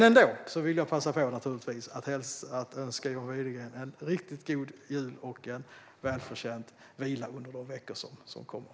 Jag vill dock naturligtvis passa på att önska John Widegren en riktigt god jul och en välförtjänt vila under de veckor som kommer.